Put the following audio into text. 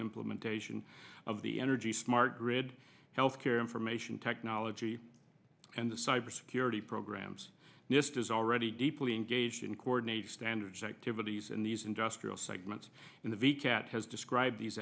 implementation of the energy smart grid health care information technology and the cyber security programs nist is already deeply engaged in coordinate standards activities in these and just segments in the v cat has described these